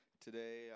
Today